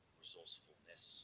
resourcefulness